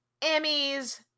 Emmys